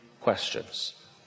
questions